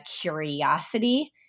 curiosity